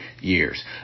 years